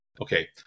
Okay